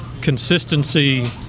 consistency